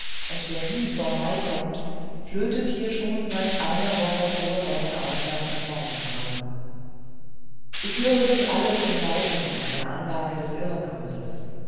und der nie vor mai kommt flötet hier schon seit einer woche vor sonnenaufgang im morgengrauen ich höre sie alle von weitem aus der anlage des irrenhauses